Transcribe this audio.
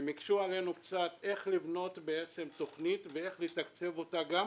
היקשו עלינו מעט בבניית תוכנית ואיך לתקצב אותה על